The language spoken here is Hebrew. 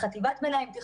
חטיבת ביניים,